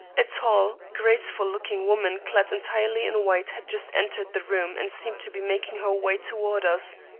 a tall, graceful-looking woman clad entirely in white had just entered the room and seemed to be making her way toward us.